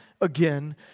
again